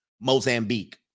Mozambique